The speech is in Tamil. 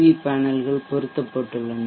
வி பேனல்கள் பொருத்தப்பட்டுள்ளன